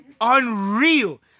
unreal